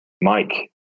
Mike